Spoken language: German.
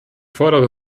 fordere